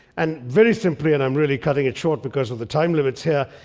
and, very simply, and i'm really cutting it short because of the time limits here,